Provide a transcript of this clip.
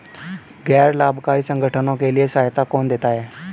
गैर लाभकारी संगठनों के लिए सहायता कौन देता है?